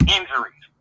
Injuries